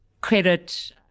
credit